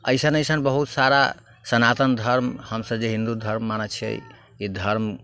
अइसन अइसन बहुत सारा सनातन धर्म हमसब जे हिन्दू धर्म मानै छिए ई धर्म